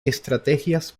estrategias